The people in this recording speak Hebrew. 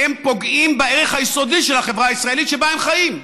הם פוגעים בערך היסודי של החברה הישראלית שבה הם חיים.